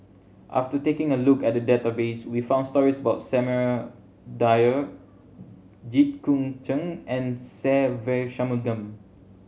after taking a look at the database we found stories about Samuel Dyer Jit Koon Ch'ng and Se Ve Shanmugam